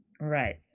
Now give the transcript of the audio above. Right